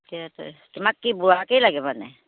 তোমাক কি বুঢ়াকেই লাগে মানে